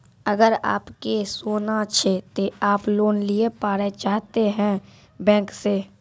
अगर आप के सोना छै ते आप लोन लिए पारे चाहते हैं बैंक से?